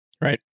Right